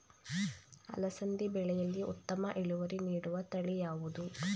ಅಲಸಂದಿ ಬೆಳೆಯಲ್ಲಿ ಉತ್ತಮ ಇಳುವರಿ ನೀಡುವ ತಳಿ ಯಾವುದು?